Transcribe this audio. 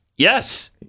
Yes